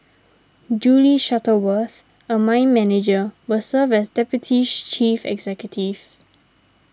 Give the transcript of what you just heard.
Julie Shuttleworth a mine manager will serve as deputies chief executive